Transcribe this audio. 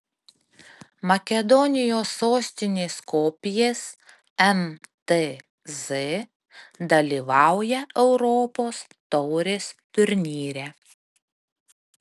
makedonijos sostinės skopjės mtz dalyvauja europos taurės turnyre